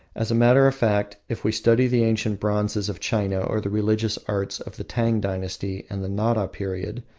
as a matter of fact, if we study the ancient bronzes of china or the religious arts of the tang dynasty and the nara period,